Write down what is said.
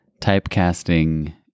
typecasting